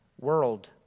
world